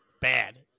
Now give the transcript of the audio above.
Bad